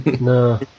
No